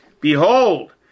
Behold